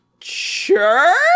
Sure